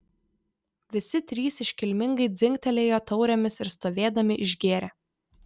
visi trys iškilmingai dzingtelėjo taurėmis ir stovėdami išgėrė